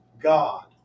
God